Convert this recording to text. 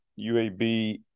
UAB